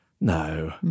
No